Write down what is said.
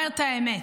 אומר את האמת.